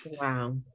Wow